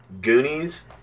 Goonies